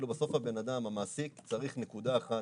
בסוף הבן אדם, המעסיק, צריך נקודה אחת.